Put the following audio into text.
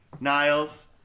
Niles